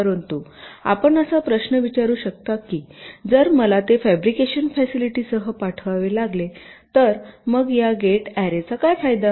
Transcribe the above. परंतु आपण असा प्रश्न विचारू शकता की जर मला ते फॅब्रिकेशन फॅसिलिटीसह पाठवावे लागले तर मग या गेट अॅरे चा काय फायदा